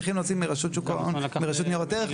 והם צריכים לבוא ולהוציא רישיון מרשות שוק ההון ומרשות ניירות ערך.